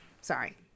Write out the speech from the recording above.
sorry